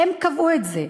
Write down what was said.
הם קבעו את זה.